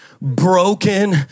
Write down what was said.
broken